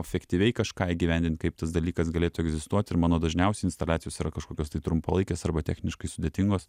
efektyviai kažką įgyvendint kaip tas dalykas galėtų egzistuot ir mano dažniausiai instaliacijos yra kažkokios tai trumpalaikės arba techniškai sudėtingos